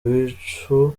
bicu